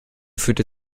führte